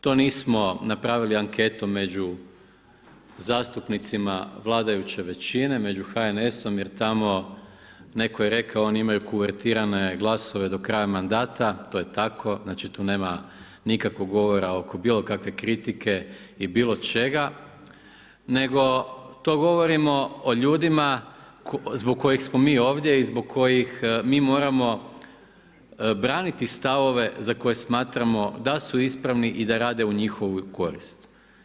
To nismo napravili anketu među zastupnicima vladajuće većine, među HNS-om jer tamo, netko je rekao oni imaju kuvertirane glasove do kraja mandata, to je tako, znači tu nema nikakvog govora oko bilokakve kritike i bilo čega nego to govorimo zbog koji smo mi ovdje i zbog kojih mi moramo braniti stavove za koje smatramo da su ispravni i da rade u njihovu korist.